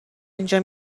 اینجا